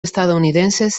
estadounidenses